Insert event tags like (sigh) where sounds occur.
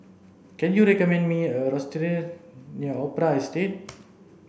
can you recommend me a (unintelligible) near Opera Estate